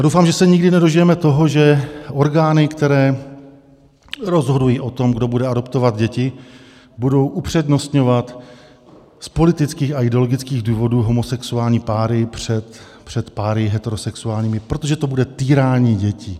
Doufám, že se nikdy nedožijeme toho, že orgány, které rozhodují o tom, kdo bude adoptovat děti, budou upřednostňovat z politických a ideologických důvodů homosexuální páry před páry heterosexuálními, protože to bude týrání dětí.